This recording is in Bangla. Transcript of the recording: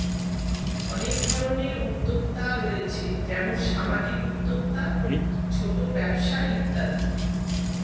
অনেক ধরনের উদ্যোক্তা রয়েছে যেমন সামাজিক উদ্যোক্তা, ছোট ব্যবসা ইত্যাদি